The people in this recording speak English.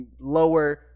lower